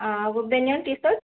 ଆଉ banian T shirt